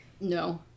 No